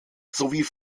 sowie